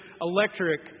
electric